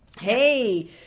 Hey